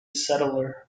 settler